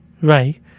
Ray